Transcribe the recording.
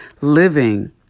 living